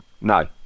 No